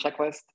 checklist